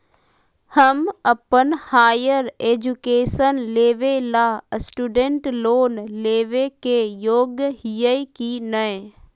हम अप्पन higher education लेबे ला स्टूडेंट लोन लेबे के योग्य हियै की नय?